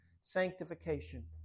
sanctification